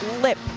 lip